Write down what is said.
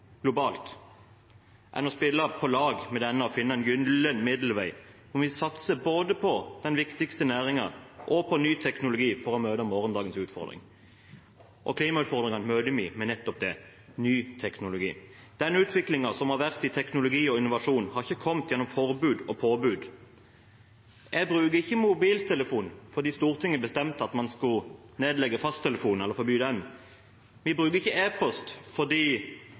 globalt – enn å spille på lag med den og finne en gyllen middelvei hvor vi satser både på den viktigste næringen og på ny teknologi for å møte morgendagens utfordring. Klimautfordringene møter vi med nettopp det – ny teknologi. Den utviklingen som har vært i teknologi og innovasjon, har ikke kommet gjennom forbud og påbud. Jeg bruker ikke mobiltelefon fordi Stortinget har bestemt at man skulle nedlegge fasttelefonen eller forby den. Vi bruker ikke e-post fordi